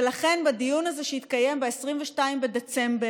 ולכן הדיון הזה שיתקיים ב-22 בדצמבר,